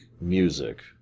music